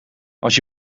als